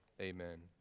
Amen